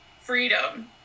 freedom